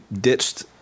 ditched